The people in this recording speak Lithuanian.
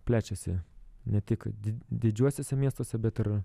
plečiasi ne tik did didžiuosiuose miestuose bet ir